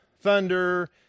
thunder